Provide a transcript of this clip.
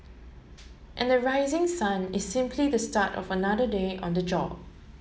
and the rising sun is simply the start of another day on the job